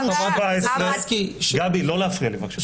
אז 2016, גבי לא להפריע לי בבקשה.